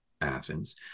Athens